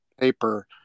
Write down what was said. paper